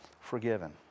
forgiven